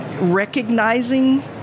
recognizing